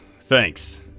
Thanks